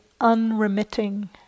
unremitting